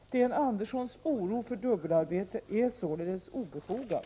Sten Anderssons oro för dubbelarbete är således obefogad.